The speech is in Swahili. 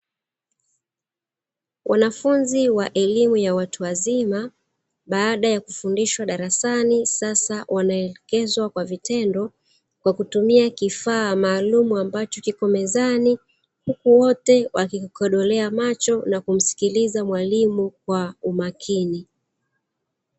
Wanafunzi wa elimu ya watu wazima baada ya kufundishwa darasani sasa wanaelekezwa kwa vitendo kwa kutumia kifaa maalumu, ambacho kipo mezani huku wote wakikikodolea macho na kumsikiliza mwalimu kwa umakini.